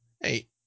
Hey